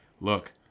look